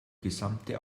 gesamte